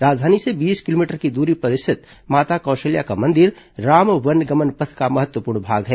राजधानी से बीस किलोमीटर की दूरी पर स्थित माता कौशल्या का मंदिर राम वनगमन पथ का महत्वपूर्ण भाग है